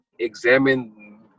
examine